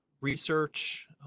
research